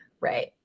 right